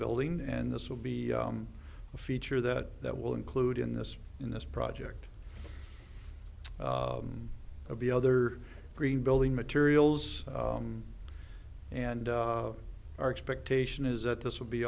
building and this will be a feature that that will include in this in this project of the other green building materials and our expectation is that this will be